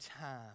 time